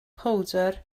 powdwr